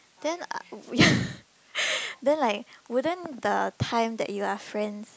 then uh ya then like wouldn't the time that you are friends